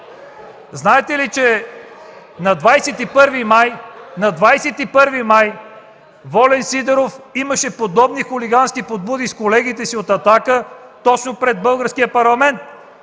Знаете ли, че на 21 май Волен Сидеров имаше подобни хулигански прояви с колегите си от „Атака” точно пред Българския парламент?